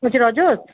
বলছি রজত